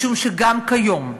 משום שגם כיום,